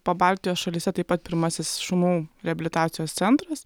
pabaltijos šalyse taip pat pirmasis šunų reabilitacijos centras